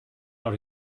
out